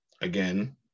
again